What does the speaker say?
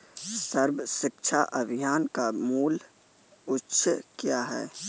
सर्व शिक्षा अभियान का मूल उद्देश्य क्या है?